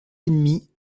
ennemie